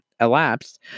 elapsed